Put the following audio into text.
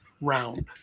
round